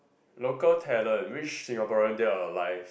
local talent which Singaporean dead or alive